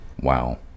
Wow